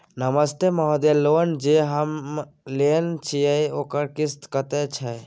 नमस्ते महोदय, लोन जे हम लेने छिये ओकर किस्त कत्ते छै?